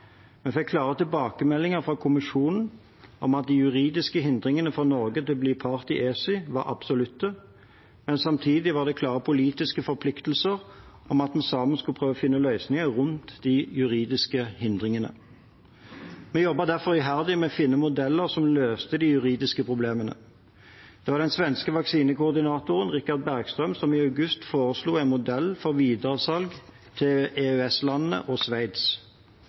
fikk klare tilbakemeldinger fra Kommisjonen om at de juridiske hindringene for Norge til å bli en part i ESI var absolutte, men samtidig var det klare politiske forpliktelser om at vi sammen skulle prøve finne løsninger rundt de juridiske hindringene. Vi jobbet derfor iherdig med å finne modeller som løste de juridiske problemene. Det var den svenske vaksinekoordinatoren, Richard Bergström, som i august foreslo en modell for videresalg til EØS-landene og Sveits.